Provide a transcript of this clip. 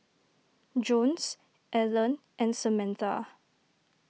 Jones Alan and Samatha